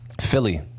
Philly